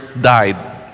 died